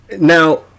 now